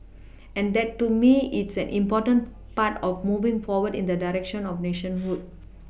and that to me is an important part of moving forward in the direction of nationhood